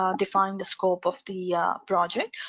um define the scope of the project.